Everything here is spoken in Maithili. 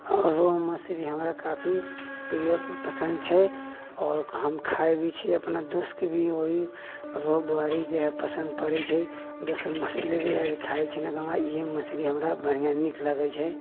रहु मछरी हमरा काफी प्रिय पसन्द छै आओर हम खाइ भी छियै अपना दोस्तके भी रहु बुआरी जे हय पसन्द पड़ै छै दोसर मछली लेबै खाइ छै नहि इएहे मछरी हमरा बढ़िआँ नीक लगै छै